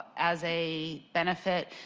as a benefit?